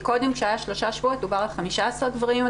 כי קודם כשהיה שלושה שבועות דובר על 15 גברים,